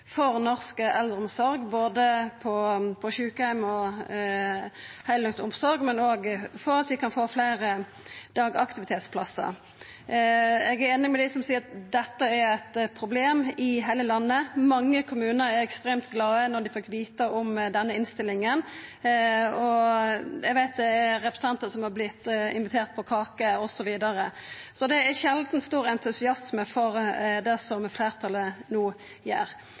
for norsk eldreomsorg, både på sjukeheimar og når det gjeld heildøgnsomsorg, men òg for at vi kan få fleire dagaktivitetsplassar. Eg er einig med dei som seier at dette er eit problem i heile landet. Mange kommunar vart ekstremt glade da dei fekk vita om denne innstillinga, og eg veit det er representantar som har vorte inviterte på kake osv. Så det er ein sjeldan stor entusiasme for det som fleirtalet no gjer.